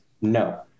no